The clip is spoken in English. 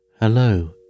Hello